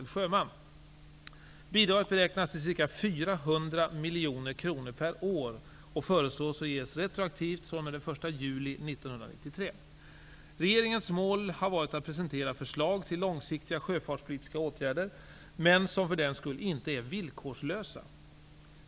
Bidraget beräknas till ca 400 miljoner kronor per år och föreslås att ges retroaktivt fr.o.m. den 1 juli 1993. Regeringens mål har varit att presentera förslag till långsiktiga sjöfartspolitiska åtgärder, men som för den skull inte är villkorslösa.